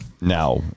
Now